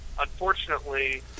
Unfortunately